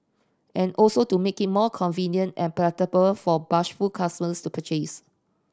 and also to make it more convenient and palatable for bashful customers to purchase